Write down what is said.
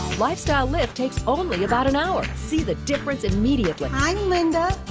lifestyle lift takes only about an hour. see the difference immediately. i'm linda.